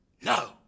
No